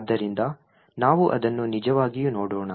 ಆದ್ದರಿಂದ ನಾವು ಅದನ್ನು ನಿಜವಾಗಿಯೂ ನೋಡೋಣ